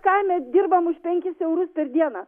ką mes dirbam už penkis eurus per dieną